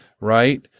right